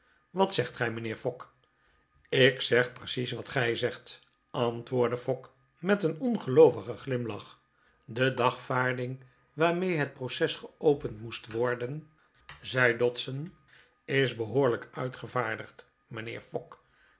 wat zegt gij mijnheer fogg ik zeg precies wat gij zegt antwoordde fogg met een ongeloovigen glimlach de dagvaarding waarmee het proces geopend moest worden zei dodson is behoorlijk uitgevaardigd mijnheer fogg